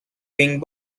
being